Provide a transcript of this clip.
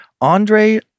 Andre